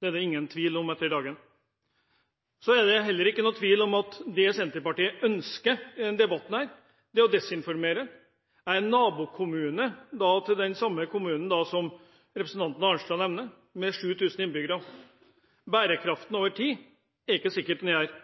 Det er det ingen tvil om etter denne dagen. Så er det heller ikke noen tvil om at det Senterpartiet ønsker i denne debatten, er å desinformere. Jeg er fra nabokommunen til den kommunen som representanten Arnstad nevner – med 7 000 innbyggere. Bærekraften over tid er det ikke sikkert er der,